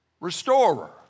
restorer